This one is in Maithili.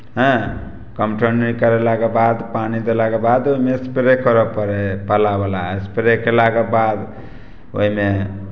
हेँ कमठौनी करयलाके बाद पानि देलाके बाद ओहिमे स्प्रे करय पड़ै हइ पालावला स्प्रे कयलाके बाद ओहिमे